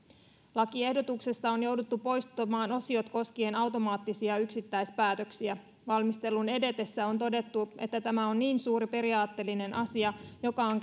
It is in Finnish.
lakiehdotuksesta on jouduttu poistamaan osiot koskien automaattisia yksittäispäätöksiä valmistelun edetessä on todettu että tämä on niin suuri periaatteellinen asia että se on